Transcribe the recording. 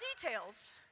details